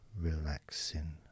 relaxing